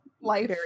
life